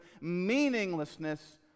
meaninglessness